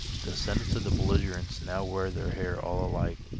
descendants of the belligerents now wear their hair all alike,